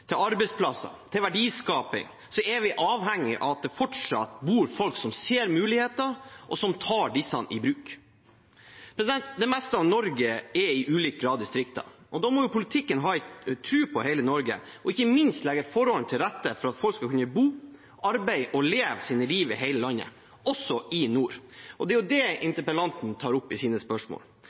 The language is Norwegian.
til arbeidsplasser, til verdiskaping, er vi avhengige av at det fortsatt bor folk der, som ser muligheter, og som tar disse i bruk. Det meste av Norge er i ulik grad distrikter. Da må politikken ha tro på hele Norge og ikke minst legge forholdene til rette for at folk skal kunne bo, arbeide og leve sine liv i hele landet, også i nord. Det er jo det interpellanten tar opp i sine spørsmål.